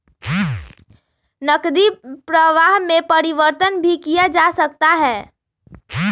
नकदी प्रवाह में परिवर्तन भी किया जा सकता है